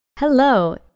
Hello